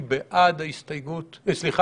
מי בעד הרביזיה